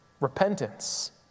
repentance